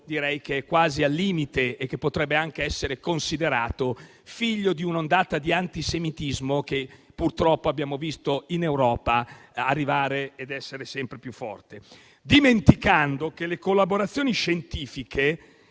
comportamento quasi al limite, che potrebbe essere considerato figlio di quell'ondata di antisemitismo che purtroppo abbiamo visto arrivare in Europa ed essere sempre più forte, dimenticando che le collaborazioni scientifiche